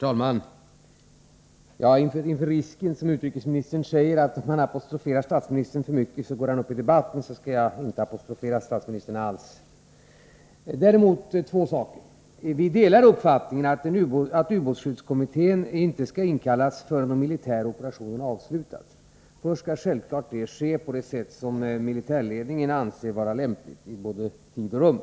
Herr talman! Inför risken, som utrikesministern säger, att statsministern går upp i debatten om man apostroferar honom för mycket, så skall jag inte apostrofera honom alls. Men låt mig ta upp två saker. Vi delar uppfattningen att ubåtsskyddskommittén inte skall inkallas förrän den militära operationen är avslutad. Först skall självklart det göras som militärledningen anser vara lämpligt i både tid och rum.